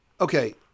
Okay